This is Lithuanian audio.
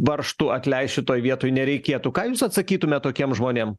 varžtų atleist šitoj vietoj nereikėtų ką jūs atsakytumėt tokiem žmonėm